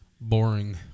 boring